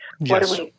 Yes